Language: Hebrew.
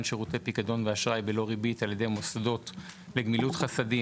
שירותי פיקדון ואשראי בלא ריבית על ידי מוסדות לגמילות חסדים,